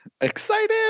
Excited